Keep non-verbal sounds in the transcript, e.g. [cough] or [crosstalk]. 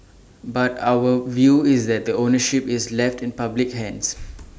but our view is that the ownership is left in public hands [noise]